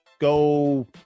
go